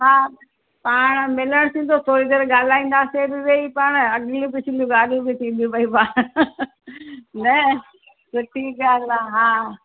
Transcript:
हा पाण मिलण थींदो थोरी देरि ॻाल्हाईंदासीं बि वई पाणि अगली पिछली बि ॻाल्हियूं बि थींदियूं पाणि न सुठी ॻाल्हि आहे हा